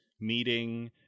meeting